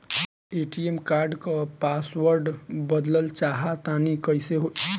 ATM card क password बदलल चाहा तानि कइसे होई?